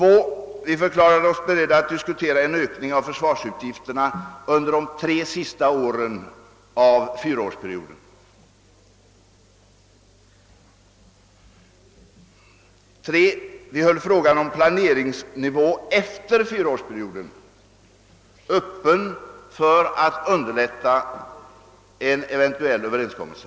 För det andra förklarade vi oss beredda att diskutera en ökning av försvarsutgifterna under de tre sista åren av fyraårsperioden. För det tredje höll vi frågan om planeringsnivån efter fyraårsperioden öÖppen för att underlätta en eventuell överenskommelse.